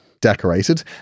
decorated